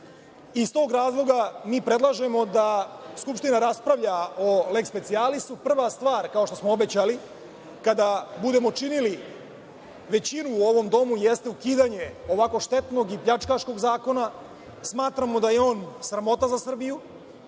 tog razloga mi predlažemo da Skupština raspravlja o lex specialis. Prva stvar, kao što smo obećali, kada budemo činili većinu u ovom domu jeste ukidanje ovako štetnog i pljačkaškog zakona. Smatramo da je on sramota za Srbiju.